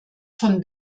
von